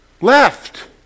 Left